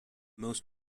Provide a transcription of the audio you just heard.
most